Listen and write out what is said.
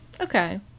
okay